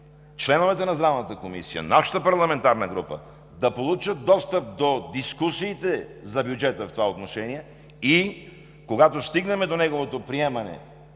членовете на Здравната комисия, нашата парламентарна група да получат достъп до дискусиите за бюджета в това отношение и когато стигнем до неговото приемане,